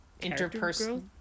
interpersonal